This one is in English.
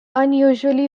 unusually